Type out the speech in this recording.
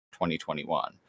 2021